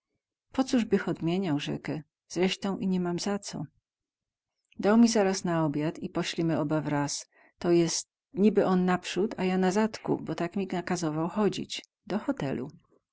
po coz bych odmieniał rzekę zreśtą i ni mam za co dał mi zaraz na obiad i poślimy oba wraz to jest niby on naprzód a ja na zadku bo tak mi nakazował chodzić do hotelu